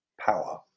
power